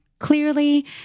Clearly